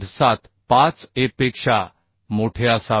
75 a पेक्षा मोठे असावे